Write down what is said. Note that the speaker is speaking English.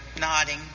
nodding